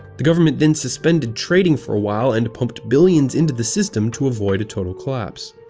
the government then suspended trading for a while and pumped billions into the system to avoid a total collapse.